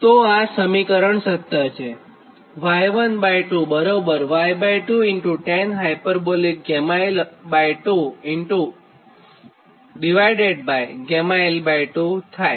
આ સમીકરણ 17 છે અને Y12 બરાબર Y2 tanh l2 l2 થાય